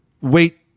wait